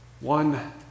one